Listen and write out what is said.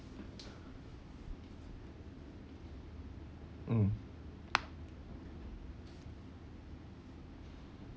mm